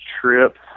trip